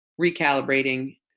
recalibrating